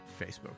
Facebook